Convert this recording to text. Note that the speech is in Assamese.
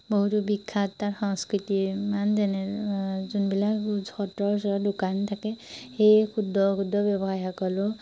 বহুতো বিখ্যাত তাৰ সংস্কৃতি ইমান যেনে এ যোনবিলাক সত্ৰৰ ওচৰত দোকান থাকে সেই ক্ষুদ্ৰ ক্ষুদ্ৰ ব্যৱসায়ীসকলেও